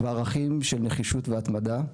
וערכים של נחישות והתמדה.